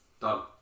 done